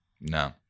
no